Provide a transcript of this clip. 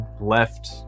left